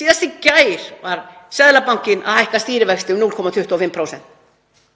Síðast í gær var Seðlabankinn að hækka stýrivexti um 0,25